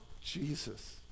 Jesus